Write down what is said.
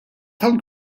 tal